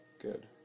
good